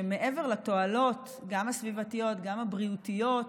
שמעבר לתועלות, גם הסביבתיות, גם הבריאותיות,